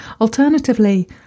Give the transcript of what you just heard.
Alternatively